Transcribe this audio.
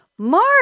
Mark